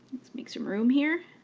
let's make some room here.